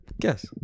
Guess